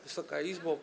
Wysoka Izbo!